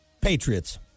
Patriots